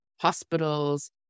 hospitals